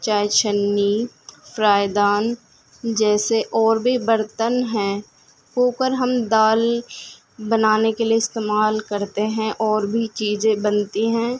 چائے چھننی فرائی دان جیسے اور بھی برتن ہیں کوکر ہم دال بنانے کے لیے استعمال کرتے ہیں اور بھی چیزیں بنتی ہیں